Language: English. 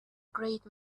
great